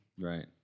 Right